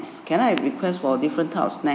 can I request for different types of snack